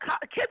kids